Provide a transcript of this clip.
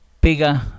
bigger